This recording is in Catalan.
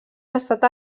estat